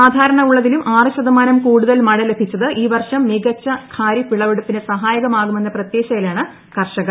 സാധാരണ ഉള്ളതിലും ആറു ശതമാനം കൂടുതൽ മഴ ലഭിച്ചത് ഈ വർഷം മികച്ച ഖാരിഫ് വിളവെടുപ്പിനു സഹായകമാകുമെന്ന പ്രത്യാശയിലാണ് കർഷകർ